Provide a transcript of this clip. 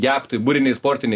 jachtoj burinėj sportinėj